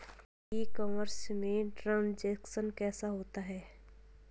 ई commerce में transaction कैसे होता है?